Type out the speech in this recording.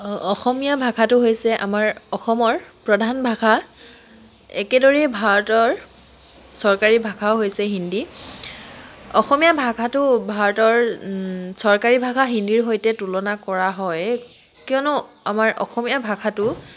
অসমীয়া ভাষাটো হৈছে আমাৰ অসমৰ প্ৰধান ভাষা একেদৰেই ভাৰতৰ চৰকাৰী ভাষাও হৈছে হিন্দী অসমীয়া ভাষাটো ভাৰতৰ চৰকাৰী ভাষা হিন্দীৰ সৈতে তুলনা কৰা হয় কিয়নো আমাৰ অসমীয়া ভাষাটো